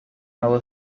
ela